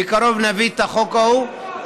בקרוב נביא את החוק ההוא.